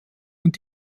und